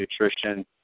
Nutrition